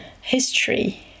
history